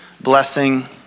blessing